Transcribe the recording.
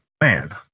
man